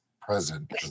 present